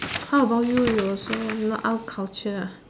how about you you also not out culture ah